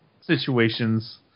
situations